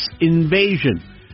invasion